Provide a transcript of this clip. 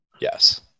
Yes